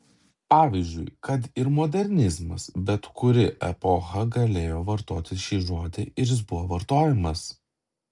pavyzdžiui kad ir modernizmas bet kuri epocha galėjo vartoti šį žodį ir jis buvo vartojamas